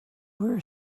were